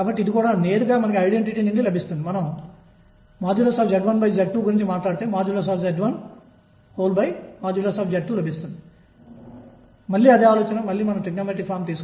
కాబట్టి A A pdx 2Em2 నుండి 2Em2 వరకు 2mE m22x2 dx కు సమానం మరియు ఇది లెక్కించడానికి సులభమైన సమాకలని